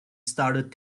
started